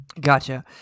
Gotcha